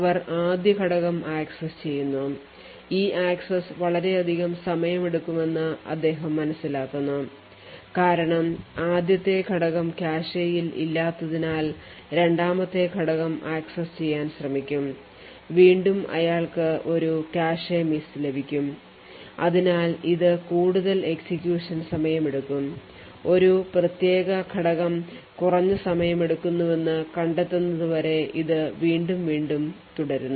അവർ ആദ്യ ഘടകം ആക്സസ് ചെയ്യുന്നു ഈ ആക്സസ്സ് വളരെയധികം സമയമെടുക്കുമെന്ന് അദ്ദേഹം മനസ്സിലാക്കുന്നു കാരണം ആദ്യത്തെ ഘടകം കാഷെയിൽ ഇല്ലാത്തതിനാൽ രണ്ടാമത്തെ ഘടകം ആക്സസ് ചെയ്യാൻ ശ്രമിക്കുംവീണ്ടും അയാൾക്ക് ഒരു കാഷെ മിസ് ലഭിക്കും അതിനാൽ ഇതു കൂടുതൽ execution സമയം എടുക്കും ഒരു പ്രത്യേക ഘടകം കുറഞ്ഞ സമയം എടുക്കുന്നുവെന്ന് കണ്ടെത്തുന്നതുവരെ ഇത് വീണ്ടും വീണ്ടും തുടരുന്നു